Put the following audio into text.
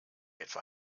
etwa